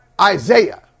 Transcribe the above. Isaiah